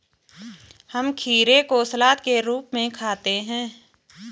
हम खीरे को सलाद के रूप में खाते हैं